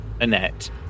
Annette